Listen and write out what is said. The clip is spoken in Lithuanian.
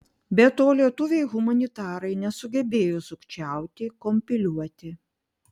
be to lietuviai humanitarai nesugebėjo sukčiauti kompiliuoti